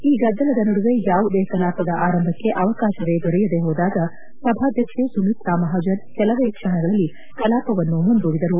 ಈ ಗದ್ದಲದ ನಡುವೆ ಯಾವುದೇ ಕಲಾಪದ ಆರಂಭಕ್ಕೆ ಅವಕಾಶವೇ ದೊರೆಯದೇ ಹೋದಾಗ ಸಭಾಧ್ಯಕ್ಷ ಸುಮಿತ್ರಾ ಮಹಾಜನ್ ಕಲವೇ ಕ್ಷಣಗಳಲ್ಲಿ ಕಲಾಪವನ್ನು ಮುಂದೂಡಿದರು